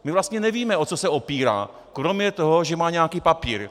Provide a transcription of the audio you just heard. My vlastně nevíme, o co se opírá, kromě toho, že má nějaký papír.